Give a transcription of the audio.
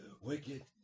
wicked